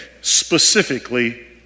specifically